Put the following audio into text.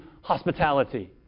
hospitality